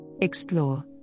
Explore